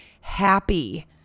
happy